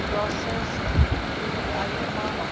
processed food ਆਈਟਮਾਂ